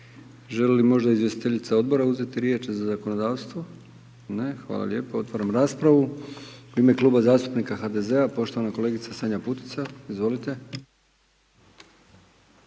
Želi li možda izvjestiteljica Odbora uzeti riječ za zakonodavstvo? Ne. Hvala lijepo. Otvaram raspravu. U ime Kluba zastupnika HDZ-a poštovana kolegica Sanja Putica. Izvolite.